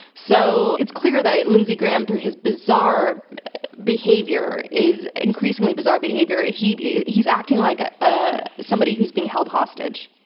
so it's clear that lindsey graham, through his bizarre behavior is. increasingly bizarre behavior, he's he's acting like ah ah somebody who's being held hostage.